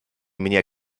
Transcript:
mnie